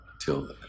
till